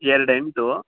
ಎರಡು ಎಂಟು